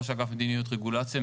ראש אגף מדיניות רגולציה,